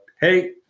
hey